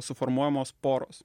suformuojamos poros